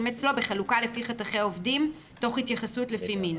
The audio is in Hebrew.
אצלו בחלוקה לפי חתכי עובדים תוך התייחסות לפי מין.